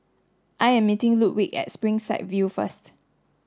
I am meeting Ludwig at Springside View first